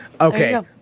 Okay